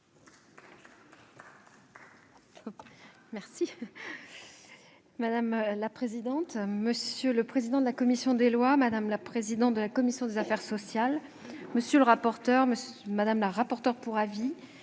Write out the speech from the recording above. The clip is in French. Madame la présidente, monsieur le président de la commission des lois, madame la présidente de la commission des affaires sociales, monsieur le rapporteur, madame la rapporteure pour avis,